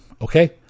Okay